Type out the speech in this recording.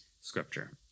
scripture